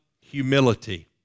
humility